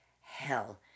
hell